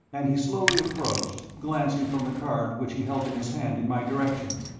and he slowly approached, glancing from the card which he held in his hand in my direction,